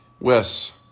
Wes